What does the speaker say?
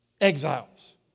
exiles